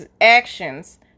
actions